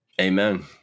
Amen